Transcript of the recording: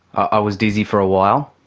i was dizzy for a while.